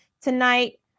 tonight